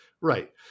Right